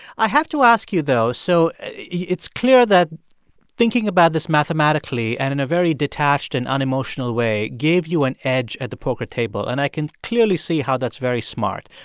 i have to ask you, though, so it's clear that thinking about this mathematically and in a very detached and unemotional way gave you an edge at the poker table. and i can clearly see how that's very smart.